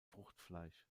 fruchtfleisch